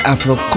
Afro